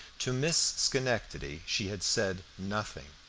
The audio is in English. to miss schenectady she had said nothing,